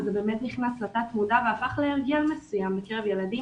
וזה נכנס לתת-מודע והפך להרגל מסוים בקרב ילדים.